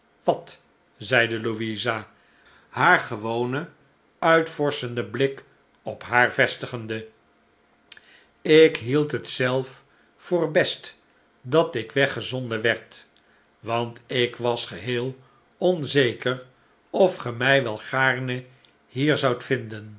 wat zeide louisa haar gewonen uitvorschenden blik op haar vestigejrde ik hield het zelf voor best dat ik weggezonden werd want ik was geheel onzeker of ge mij wel gaarne hier zoudt vinden